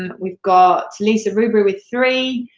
and we've got lisa ruberry with three,